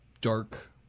Dark